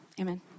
Amen